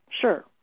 Sure